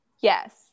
yes